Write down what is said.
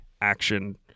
action